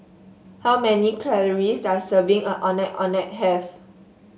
how many calories does a serving of Ondeh Ondeh have